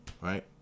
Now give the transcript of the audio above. right